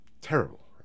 terrible